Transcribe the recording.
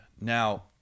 Now